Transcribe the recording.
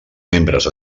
membres